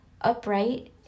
upright